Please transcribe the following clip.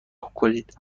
کنید